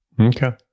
Okay